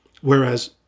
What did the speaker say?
Whereas